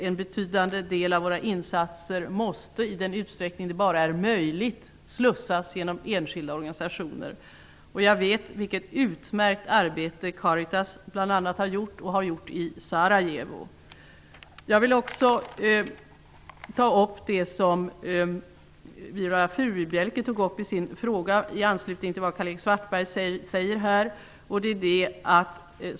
En betydande del av våra insatser måste i den utsträckning det är möjligt slussas genom enskilda organisationer. Jag vet vilket utmärkt arbete bl.a. Caritas har gjort i Jag vill också ta upp, i anslutning till vad Karl-Erik Svartberg har sagt, vad Viola Furubjelke frågade.